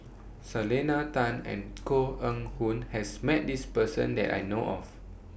Selena Tan and Koh Eng Hoon has Met This Person that I know of